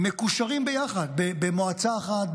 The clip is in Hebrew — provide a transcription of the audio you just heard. מקושרות ביחד במועצה אחת,